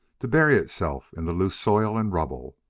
to bury itself in the loose soil and rubble,